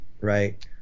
right